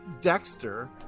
Dexter